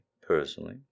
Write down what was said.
personally